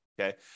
Okay